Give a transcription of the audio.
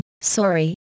Sorry